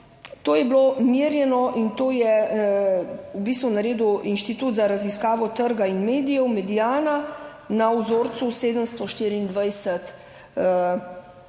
to je bilo merjeno in to je v bistvu naredil Inštitut za raziskavo trga in medijev Mediana na vzorcu 724